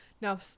now